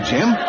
Jim